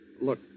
Look